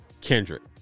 Kendrick